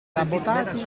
sabotati